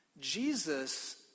Jesus